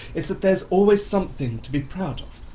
it's that there's always something to be proud of,